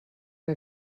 que